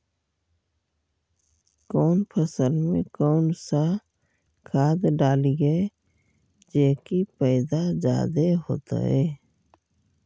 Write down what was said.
कौन फसल मे कौन सा खाध डलियय जे की पैदा जादे होतय?